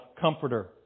Comforter